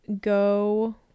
go